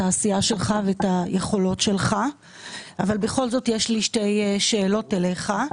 את העשייה שלך והיכולות שלך אבל בכל זאת יש לי שתי שאלות אליך.